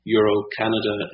Euro-Canada